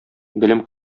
белем